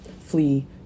flee